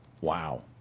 wow